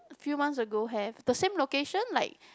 a few months ago have the same location like